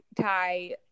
Ty